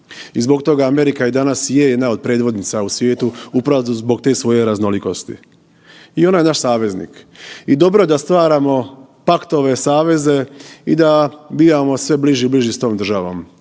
i zbog toga, Amerika danas je jedna od predvodnica u svijetu upravo zbog te svoje raznolikosti i ona je naš saveznik i dobro je da stvaramo paktove, saveze i da bivamo sve bliži i bliži s tom državom